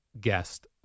guest